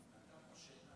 שלוש דקות